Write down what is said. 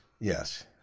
Yes